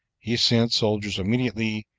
he sent soldiers immediately,